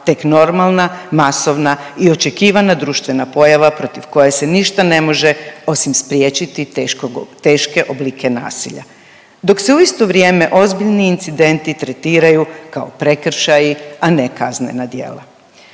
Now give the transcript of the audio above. tek normalna, masovna i očekivana društvena pojava protiv koje se ništa ne može osim spriječiti teške oblike nasilja dok se u isto vrijeme ozbiljni incidentni tretiraju kao prekršaji, a ne kaznena djela.